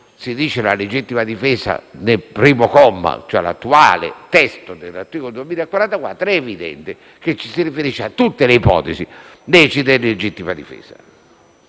si parla di legittima difesa nel primo comma, cioè l'attuale testo dell'articolo 2044, è chiaro che ci si riferisce a tutte le ipotesi lecite di legittima difesa.